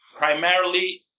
Primarily